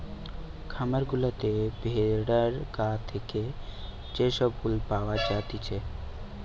খামার গুলাতে ভেড়ার গা থেকে যে সব উল পাওয়া জাতিছে